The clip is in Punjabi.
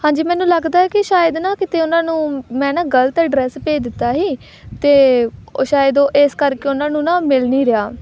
ਹਾਂਜੀ ਮੈਨੂੰ ਲੱਗਦਾ ਕਿ ਸ਼ਾਇਦ ਨਾ ਕਿਤੇ ਉਹਨਾਂ ਨੂੰ ਮੈਂ ਨਾ ਗਲਤ ਐਡਰੈਸ ਭੇਜ ਦਿੱਤਾ ਸੀ ਅਤੇ ਸ਼ਾਇਦ ਉਹ ਇਸ ਕਰਕੇ ਉਹਨਾਂ ਨੂੰ ਨਾ ਮਿਲ ਨਹੀਂ ਰਿਹਾ